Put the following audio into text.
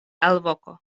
alvoko